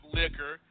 liquor